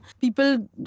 people